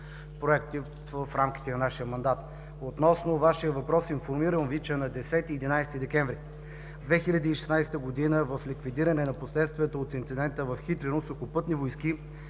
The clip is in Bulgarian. в рамките на нашия мандат. Относно Вашия въпрос: информирам Ви, че на 10 и 11 декември 2016 г. в ликвидиране на последствията от инцидента в Хитрино Сухопътни войски